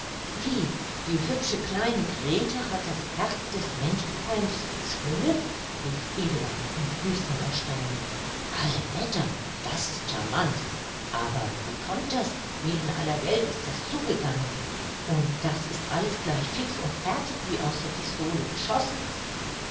wie die hübsche kleine grete hat das herz des menschenfeindes bezwungen rief eduard in höchstem erstaunen alle wetter das ist charmant aber wie kommt das wie in aller welt ist das zugegangen und das ist alles gleich fix und fertig wie aus der pistole geschossen